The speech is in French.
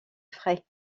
frais